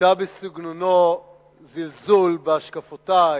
שביטא בסגנונו זלזול בהשקפותי,